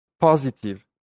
positive